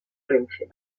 renfe